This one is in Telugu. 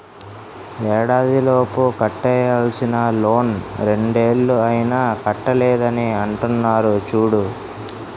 ఏడాదిలోపు కట్టేయాల్సిన లోన్ రెండేళ్ళు అయినా కట్టలేదని అంటున్నారు చూడు